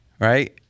right